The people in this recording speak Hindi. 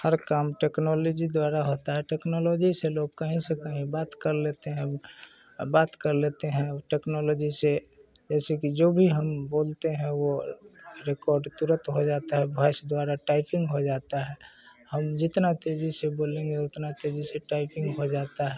हर काम टेक्नोलॉजी द्वारा होता है टेक्नोलॉजी से लोग कहीं से कहीं बात कर लेते हैं बात कर लेते हैं टेक्नोलॉजी से जैसे कि जो भी हम बोलते हैं वो रेकोर्ड तुरंत हो जाते है भोइस द्वारा टाइपिंग हो जाती है हम जितना तेज़ी से बोलेंगे उतनी तेज़ी से टाइपिंग हो जाती है